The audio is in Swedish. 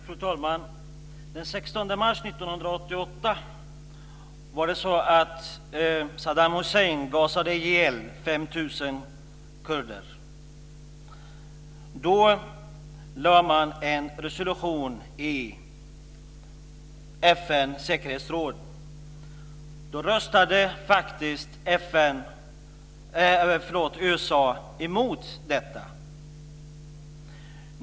Fru talman! Den 16 mars 1988 gasade Saddam Hussein ihjäl 5 000 kurder. Då lades en resolution fram i FN:s säkerhetsråd. USA röstade faktiskt emot den.